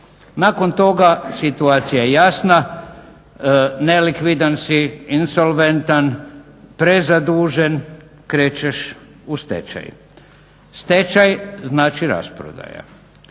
Nakon toga situacija je jasna. Nelikvidan si, insolventan, prezadužen, krećeš u stečaj. Stečaj znači rasprodaja